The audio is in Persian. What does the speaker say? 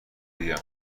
بگم